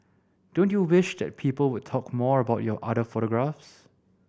don't you wish that people would talk more about your other photographs